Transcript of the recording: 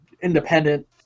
independent